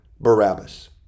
Barabbas